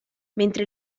mentre